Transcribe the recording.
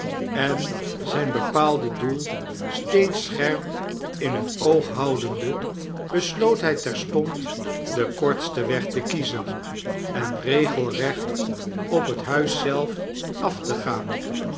en zijn bepaalde doel steeds scherp in t oog houdende besloot hy terstond den kortsten weg te kiezen enregelrecht op het huis zelf af te gaan